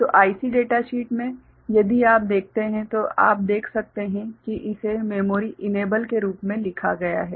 तो IC data sheet में यदि आप देखते हैं तो आप देख सकते हैं कि इसे मेमोरी इनेबल के रूप में लिखा गया है